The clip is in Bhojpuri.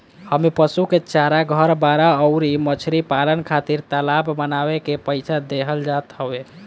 इमें पशु के चारा, घर, बाड़ा अउरी मछरी पालन खातिर तालाब बानवे के पईसा देहल जात हवे